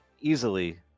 easily